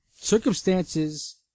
circumstances